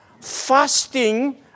fasting